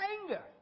anger